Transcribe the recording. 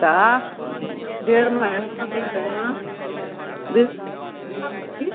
तऽ डेढ़ महिना दूइ महिना